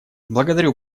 благодарю